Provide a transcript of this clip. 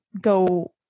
go-